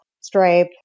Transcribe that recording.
Stripe